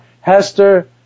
Hester